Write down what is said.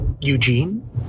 Eugene